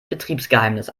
betriebsgeheimnis